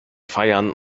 feiern